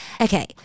Okay